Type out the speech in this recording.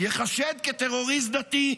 ייחשד כטרוריסט דתי,